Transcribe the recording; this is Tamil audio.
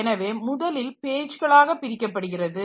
எனவே முதலில் பேஜ்களாக பிரிக்கப்படுகிறது